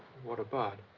what about?